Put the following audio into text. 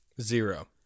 zero